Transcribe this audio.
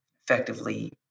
effectively